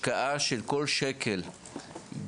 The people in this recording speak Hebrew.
והשקעה של כל שקל בילדים,